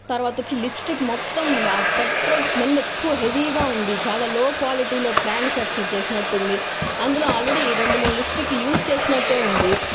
తర్వాత వచ్చి లిప్స్టిక్ మొత్తం పెట్రోల్ స్మెల్ ఎక్కువ హెవీగా ఉంది చాలా లో క్వాలిటీలో మ్యానుఫ్యాక్చర్ చేసినట్టు ఉంది అందులో ఆల్రెడీ రెండు మూడు లిప్స్టిక్ యూస్ చేసినట్టే ఉంది